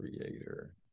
creator